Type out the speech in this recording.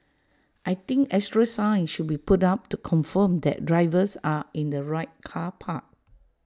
I think extra signs should be put up to confirm that drivers are in the right car park